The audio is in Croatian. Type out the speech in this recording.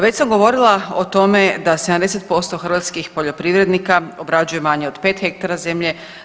Već sam govorila o tome da 70% hrvatskih poljoprivrednika obrađuje manje od 5 hektara zemlje.